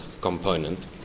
component